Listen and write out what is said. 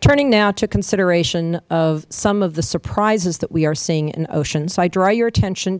turning now to consideration of some of the surprises that we are seeing in oceans i draw your attention